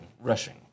rushing